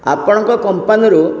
ଆପଣଙ୍କ କମ୍ପାନୀରୁ